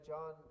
John